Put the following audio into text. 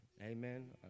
Amen